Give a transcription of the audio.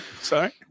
Sorry